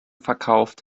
verkauft